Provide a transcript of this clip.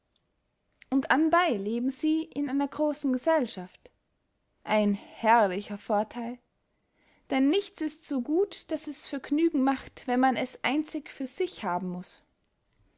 und anbey leben sie in einer grossen gesellschaft ein herrlicher vortheil denn nichts ist so gut daß es vergnügen macht wenn man es einzig für sich haben muß